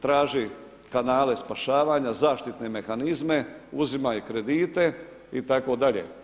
Traži kanale spašavanja, zaštitne mehanizme, uzimaj kredite itd.